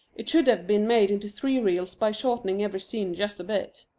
it should have been made into three reels by shortening every scene just a bit.